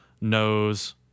knows